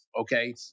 Okay